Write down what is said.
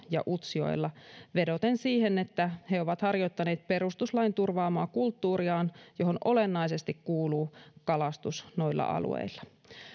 ja utsjoella vedoten siihen että he ovat harjoittaneet perustuslain turvaamaa kulttuuriaan johon olennaisesti kuuluu kalastus noilla alueilla